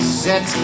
set